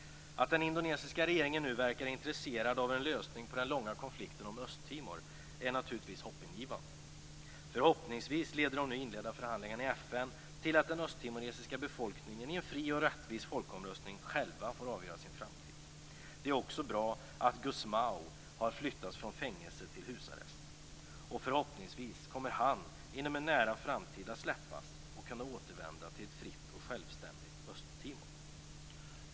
Att den indonesiska regeringen nu verkar intresserad av en lösning på den långa konflikten om Östtimor är naturligtvis hoppingivande. Förhoppningsvis leder de nu inledda förhandlingarna i FN till att den östtimoresiska befolkningen i en fri och rättvis folkomröstning själva får avgöra sin framtid. Det är också bra att Gusmao har flyttats från fängelse till husarrest. Förhoppningsvis kommer han inom en nära framtid att släppas och kunna återvända till ett fritt och självständigt Östtimor.